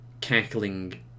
cackling